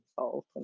salt